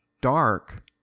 dark